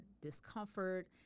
discomfort